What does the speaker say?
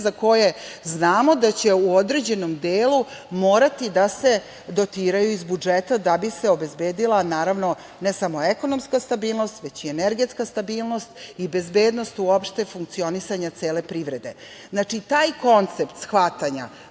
za koje znamo da će u određenom delu morati da se dotiraju iz budžeta da bi se obezbedila ne samo ekonomska stabilnost, već i energetska stabilnost i bezbednost uopšte funkcionisanja cele privrede. Znači, taj koncept shvatanja